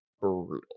brutal